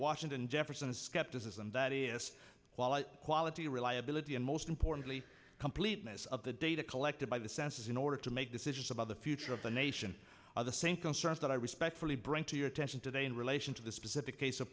and skepticism that is why the quality reliability and most importantly completeness of the data collected by the census in order to make decisions about the future of the nation are the same concerns that i respectfully bring to your attention today in relation to the specific case of